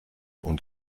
und